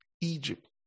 Egypt